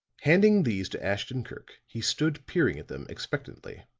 handing these to ashton-kirk he stood peering at them expectantly.